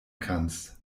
kannst